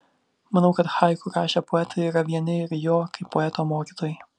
manau kad haiku rašę poetai yra vieni ir jo kaip poeto mokytojai